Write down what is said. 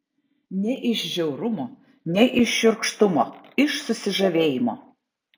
ne iš žiaurumo ne iš šiurkštumo iš susižavėjimo